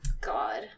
God